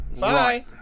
Bye